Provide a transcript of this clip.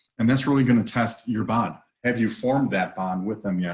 and that's really going to test your bond. have you form that bond with them. yeah.